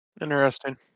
Interesting